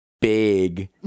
big